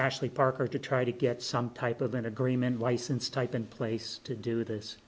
ashley parker to try to get some type of an agreement licensed type in place to do this